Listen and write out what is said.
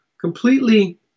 completely